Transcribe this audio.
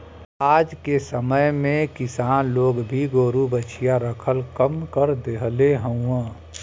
आजके समय में अब किसान लोग भी गोरु बछरू रखल कम कर देहले हउव